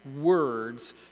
words